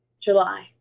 July